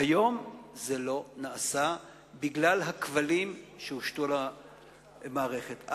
והיום זה לא נעשה בגלל הכבלים שהושתו על המערכת.